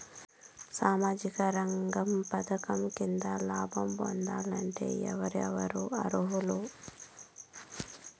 సామాజిక రంగ పథకం కింద లాభం పొందాలంటే ఎవరెవరు అర్హులు?